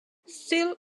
still